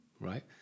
right